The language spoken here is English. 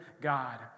God